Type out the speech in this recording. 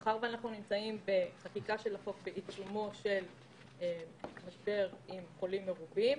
מאחר ואנחנו נמצאים בעיצומו של משבר עם חולים מרובים,